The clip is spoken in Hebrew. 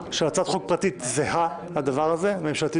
מההתחלה, דבר שהוא ממש לא